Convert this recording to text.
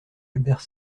albert